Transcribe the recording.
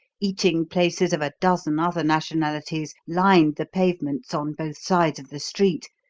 eating places of a dozen other nationalities lined the pavements on both sides of the street,